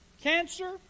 Cancer